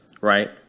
right